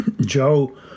Joe